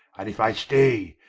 and if i stay,